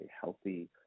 healthy